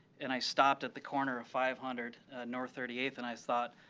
and i stopped at the corner of five hundred north thirty eighth, and i thought,